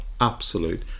absolute